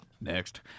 Next